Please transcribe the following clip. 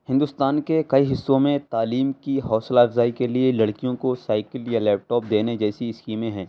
ہندوستان کے کئی حصّوں میں تعلیم کی حوصلہ افزائی کے لیے لڑکیوں کو سائیکل یا لیپ ٹاپ دینے جیسی اسکیمیں ہیں